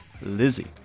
Lizzie